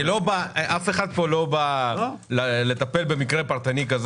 אנחנו לא באים לטפל במקרה פרטני של